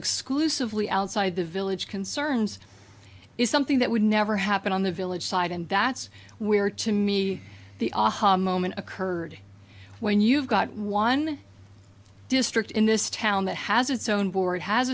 exclusively outside the village concerns is something that would never happen on the village side and that's where to me the aha moment occurred when you've got one district in this town that has its own board has